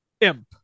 imp